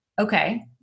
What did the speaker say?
okay